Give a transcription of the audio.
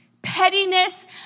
pettiness